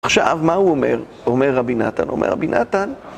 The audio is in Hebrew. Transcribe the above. עכשיו מה הוא אומר? אומר רבי נתן, אומר רבי נתן